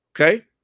okay